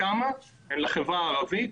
הן לחברה הערבית,